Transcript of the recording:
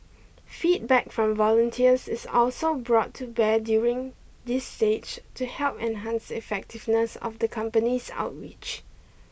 feedback from volunteers is also brought to bear during this stage to help enhance the effectiveness of the company's outreach